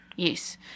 Yes